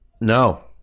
No